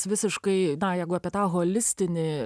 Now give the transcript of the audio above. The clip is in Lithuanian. visiškai na jeigu apie tą holistinį